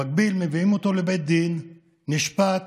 במקביל, מביאים אותו לבית דין, הוא נשפט